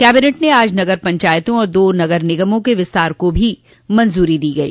cabinet ने आज नगर पंचायतों और दो नगर निगमों के विस्तार को भी मंजूरी दी गई